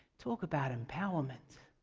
talk about empowerment.